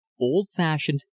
Old-fashioned